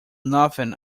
nothing